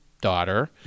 daughter